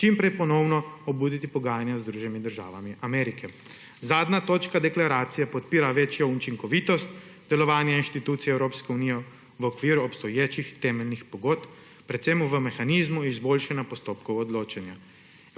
čim prej ponovno obuditi pogajanja z Združenimi državami Amerike. Zadnja točka deklaracije podpira večjo učinkovitost delovanja institucij Evropske unije v okviru obstoječih temeljnih pogodb, predvsem v mehanizmu izboljšanja postopkov odločanja.